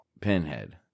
Pinhead